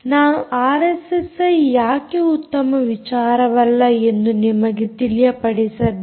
ನಾನು ಆರ್ಎಸ್ಎಸ್ಐ ಯಾಕೆ ಉತ್ತಮ ವಿಚಾರವಲ್ಲ ಎಂದು ನಿಮಗೆ ತಿಳಿಯಪಡಿಸಬೇಕು